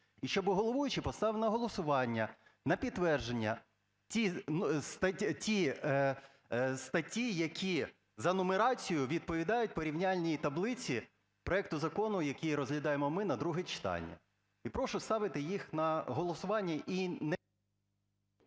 і щоб головуючий поставив на голосування, на підтвердження ті статті, які за нумерацією відповідають порівняльній таблиці проекту закону, який розглядаємо ми на друге читання. І прошу ставити їх на голосування…